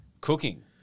Cooking